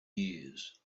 years